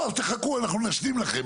אז תחכו אנחנו נשלים לכם,